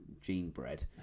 gene-bred